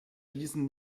diesen